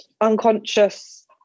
unconscious